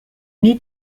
need